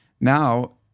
Now